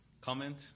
Comment